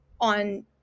on